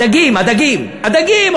הדגים, הדגים.